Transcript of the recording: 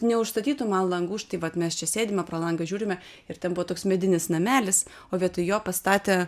neužstatytų man langų štai vat mes čia sėdim pro langą žiūrime ir ten buvo toks medinis namelis o vietoj jo pastatė